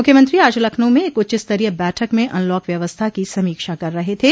मुख्यमंत्री आज लखनऊ में एक उच्चस्तरीय बैठक में अनलॉक व्यवस्था की समीक्षा कर रहे थे